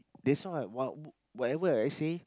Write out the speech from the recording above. that's why what whatever I say